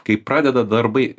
kai pradeda darbai